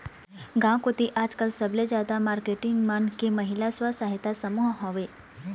गांव कोती आजकल सबले जादा मारकेटिंग मन के महिला स्व सहायता समूह हवय